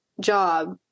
job